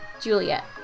Juliet